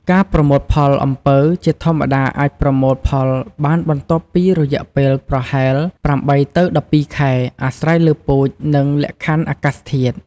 ការប្រមូលផល អំពៅជាធម្មតាអាចប្រមូលផលបានបន្ទាប់ពីរយៈពេលប្រហែល ៨ ទៅ ១២ ខែ អាស្រ័យលើពូជ និងលក្ខខណ្ឌអាកាសធាតុ។